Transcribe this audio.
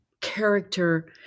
character